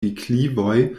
deklivoj